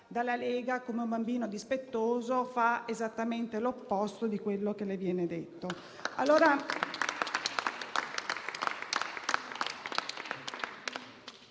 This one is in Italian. dalla Lega, come un bambino dispettoso fa esattamente l'opposto di quanto le viene detto.